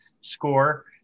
score